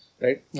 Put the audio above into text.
right